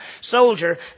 soldier